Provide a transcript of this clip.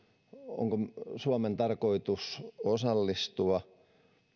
onko suomen tarkoitus osallistua